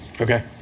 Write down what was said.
okay